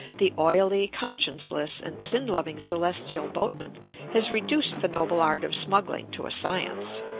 the oily, conscienceless and tsin-loving celestial boatman has reduced the noble art of smuggling to a science.